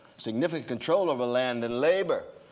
significant control of a land and labor,